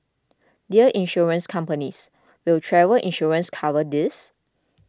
dear Insurance companies will travel insurance cover this